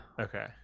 Okay